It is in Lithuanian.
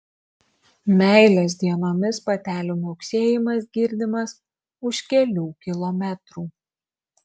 meilės dienomis patelių miauksėjimas girdimas už kelių kilometrų